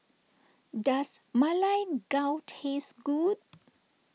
does Ma Lai Gao taste good